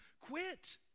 Quit